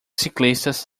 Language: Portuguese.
ciclistas